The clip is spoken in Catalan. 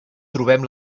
trobem